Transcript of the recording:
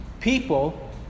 People